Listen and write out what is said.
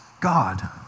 God